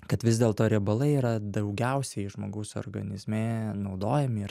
kad vis dėlto riebalai yra daugiausiai žmogaus organizme naudojami ir